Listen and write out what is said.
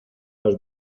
los